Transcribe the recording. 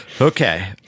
Okay